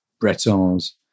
Bretons